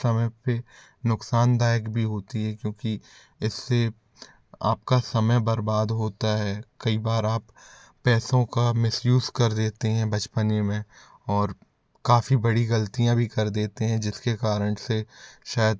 समय पे नुकसानदायक भी होती है क्योंकि इससे आपका समय बर्बाद हाेता है कई बार आप पैसों का मिस यूज़ कर देते हैं बचपने में और काफ़ी बड़ी गलतियाँ भी कर देते हैं जिसके कारण से शायद